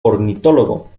ornitólogo